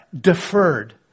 deferred